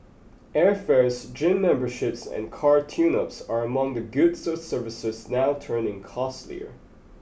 airfares gym memberships and car tuneups are among the goods or services now turning costlier